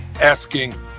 asking